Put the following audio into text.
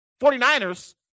49ers